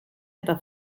eta